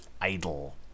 idle